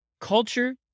culture